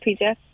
PJ